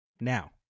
Now